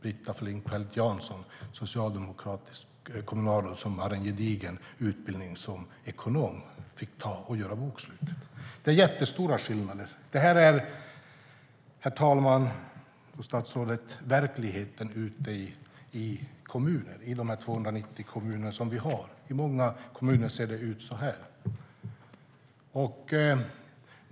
Det var det socialdemokratiska kommunalrådet Britta Flinkfeldt Jansson som har en gedigen utbildning som ekonom som fick göra bokslutet. Det är jättestora skillnader. Det är, herr talman och statsrådet, verkligheten ute i de 290 kommunerna vi har. I många kommuner ser det ut så.